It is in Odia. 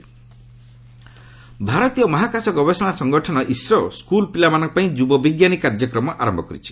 କର୍ଣ୍ଣାଟକ ଇସ୍ରୋ ଭାରତୀୟ ମହାକାଶ ଗବେଷଣା ସଂଗଠନ ଇସ୍ରୋ ସ୍କୁଲ ପିଲାମାନଙ୍କ ପାଇଁ ଯୁବ ବିଜ୍ଞାନୀ କାର୍ଯ୍ୟକ୍ରମ ଆରମ୍ଭ କରିଛି